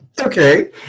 Okay